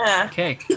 Okay